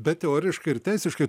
bet teoriškai ir teisiškai